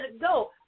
go